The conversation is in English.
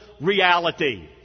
reality